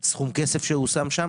סכום כסף שהושם שם,